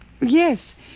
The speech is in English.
Yes